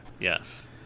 Yes